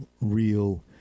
real